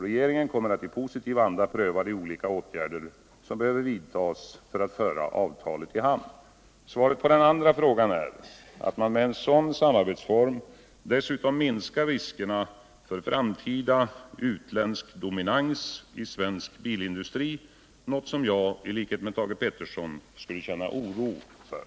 Regeringen kommer att i positiv anda pröva de olika åtgärder som behöver vidtas för att föra avtalet i hamn. Svaret på den andra frågan är att man med en sådan samarbetsform dessutom minskar riskerna för framtida utländsk dominans i svensk bilindustri, något som jag i likhet med Thage Peterson skulle känna oro för.